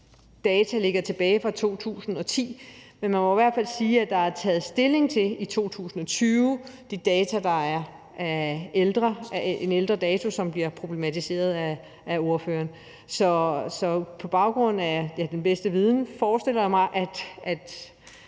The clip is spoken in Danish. data ligger tilbage fra 2010, men man må i hvert fald sige, at der i 2020 er taget stilling til de data, der er af en ældre dato, som bliver problematiseret af ordføreren. Så på baggrund af den bedste viden forestiller jeg mig, at